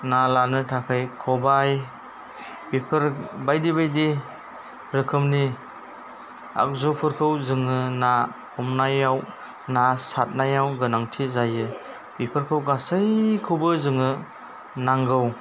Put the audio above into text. ना लानो थाखाय खबाय बेफोर बायदि बायदि रोखोमनि आगजुफोरखौ जोङो ना हमनायाव ना सारनायाव गोनांथि जायो बेफोरखौ गासैखौबो जोङो नांगौ